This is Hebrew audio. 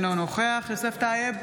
אינו נוכח יוסף טייב,